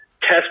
test